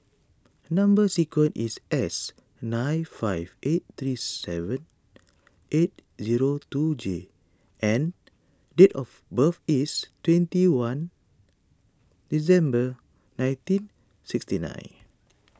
Number Sequence is S nine five eight three seven eight zero two J and date of birth is twenty one December nineteen sixty nine